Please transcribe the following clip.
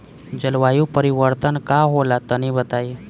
जलवायु परिवर्तन का होला तनी बताई?